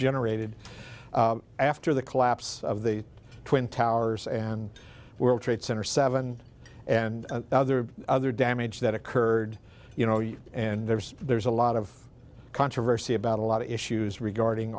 generated after the collapse of the twin towers and world trade center seven and other damage that occurred you know and there's there's a lot of controversy about a lot of issues regarding